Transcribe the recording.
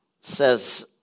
says